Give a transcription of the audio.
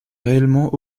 réellement